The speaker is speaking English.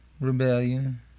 rebellion